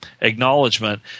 acknowledgement